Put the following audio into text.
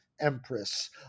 empress